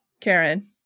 karen